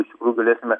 iš tikrųjų galėsime